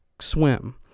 swim